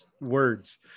words